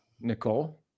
Nicole